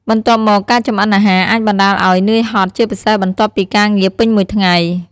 បន្ទាប់មក ការចម្អិនអាហារអាចបណ្ដាលឱ្យ នឿយហត់ ជាពិសេសបន្ទាប់ពីការងារពេញមួយថ្ងៃ។